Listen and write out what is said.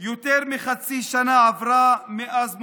יותר מחצי שנה עברה מאז מותו,